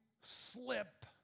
slip